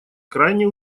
крайне